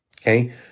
Okay